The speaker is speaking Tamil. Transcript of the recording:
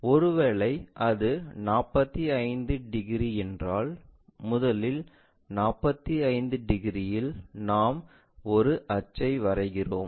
ஒருவேளை அது 45 டிகிரி என்றால் முதலில் 45 டிகிரியில் நாம் ஒரு அச்சை வரைகிறோம்